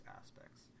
aspects